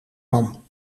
man